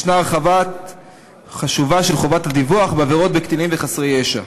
יש הרחבה חשובה של חובת הדיווח בעבירות בקטינים וחסרי ישע.